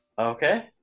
Okay